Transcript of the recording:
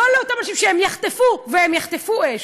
לא לאותם אנשים, שהם יחטפו, והם יחטפו אש,